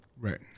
Right